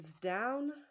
down